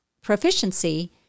proficiency